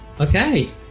Okay